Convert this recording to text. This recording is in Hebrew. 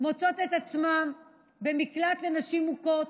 מוצאות את עצמן במקלט לנשים מוכות,